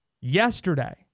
Yesterday